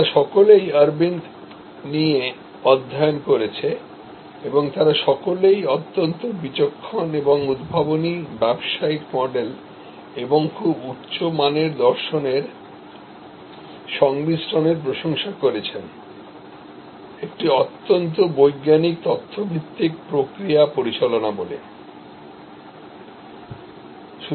তারা সকলেই অরবিন্দ নিয়ে অধ্যয়ন করেছে এবং তারা সকলেই উচ্চমানের দর্শনের উদ্ভাবনী বিজনেস মডেলের সাথে বিচক্ষণ এবং বৈজ্ঞানিক তথ্য ভিত্তিক প্রসেস মানেজমেন্টের কম্বিনেশন কে প্রশংসা করেছেন